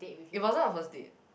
it wasn't a first date